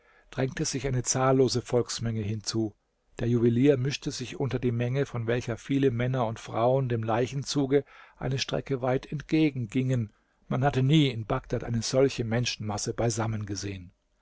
drängte sich eine zahllose volksmenge hinzu der juwelier mischte sich unter die menge von welcher viele männer und frauen dem leichenzuge eine strecke weit entgegen gingen man hatte nie in bagdad eine solche menschenmasse beisammen gesehen